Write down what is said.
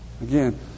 Again